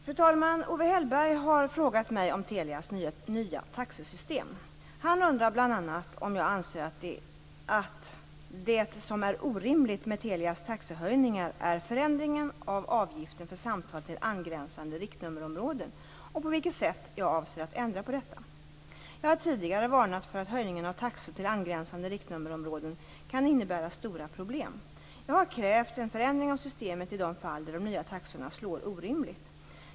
Fru talman! Owe Hellberg har frågat mig om Telias nya taxesystem. Han undrar bl.a. om jag anser att det som är orimligt med Telias taxehöjningar är förändringen av avgiften för samtal till angränsande riktnummerområden och på vilket sätt jag avser att ändra på detta. Jag har tidigare varnat för att höjningen av taxor till angränsande riktnummerområden kan innebära stora problem. Jag har krävt en förändring av systemet i de fall där de nya taxorna slår orimligt.